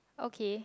okay